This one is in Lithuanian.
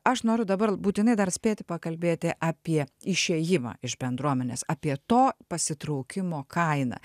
aš noriu dabar būtinai dar spėti pakalbėti apie išėjimą iš bendruomenės apie to pasitraukimo kainą